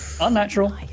unnatural